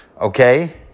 okay